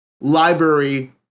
library